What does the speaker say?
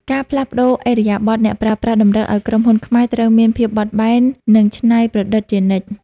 ការផ្លាស់ប្តូរឥរិយាបថអ្នកប្រើប្រាស់តម្រូវឱ្យក្រុមហ៊ុនខ្មែរត្រូវមានភាពបត់បែន និងច្នៃប្រឌិតជានិច្ច។